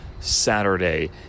Saturday